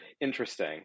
interesting